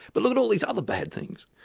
but look at all these other bad things,